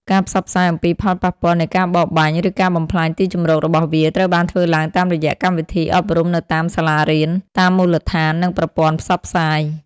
ការផ្សព្វផ្សាយអំពីផលប៉ះពាល់នៃការបរបាញ់ ឬការបំផ្លាញទីជម្រករបស់វា ត្រូវបានធ្វើឡើងតាមរយៈកម្មវិធីអប់រំនៅតាមសាលារៀន តាមមូលដ្ឋាន និងប្រព័ន្ធផ្សព្វផ្សាយ។